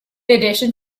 addition